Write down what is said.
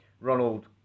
Ronald